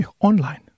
Online